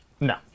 No